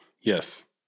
yes